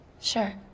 Sure